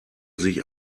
sich